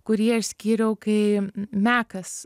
kurį aš skyriau kai mekas